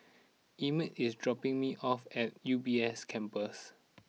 Emett is dropping me off at U B S Campus